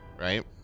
right